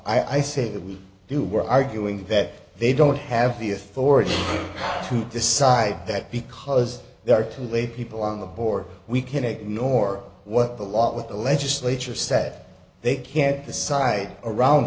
might i say that we do we're arguing that they don't have the authority to decide that because there are two lay people on the board we can ignore what the lot with the legislature said they can't the site around